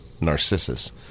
Narcissus